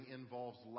involves